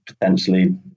potentially